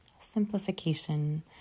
simplification